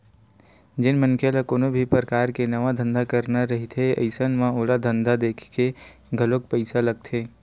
जेन मनखे ल कोनो भी परकार के नवा धंधा करना रहिथे अइसन म ओला धंधा देखके घलोक पइसा लगथे